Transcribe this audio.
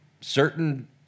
certain